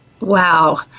Wow